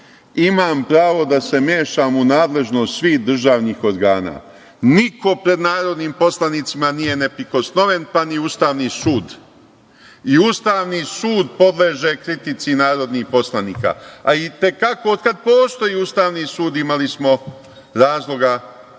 imam pravo da se mešam u nadležnost svih državnih organa. Niko pred narodnim poslanicima nije neprikosnoven, pa ni Ustavni sud. I Ustavni sud podleže kritici narodnih poslanika, a i te kako, otkad postoji Ustavni sud imali smo razloga